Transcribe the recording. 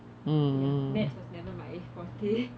ya maths was never my forte